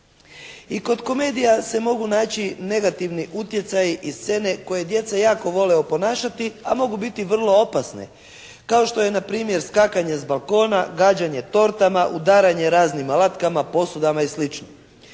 I kod komedija se mogu naći negativni utjecaji i scene koje djeca jako vole oponašati a mogu biti vrlo opasni, kao što je na primjer skakanje s balkona, gađanje tortama, udaranje raznim alatkama, posudama i